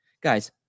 guys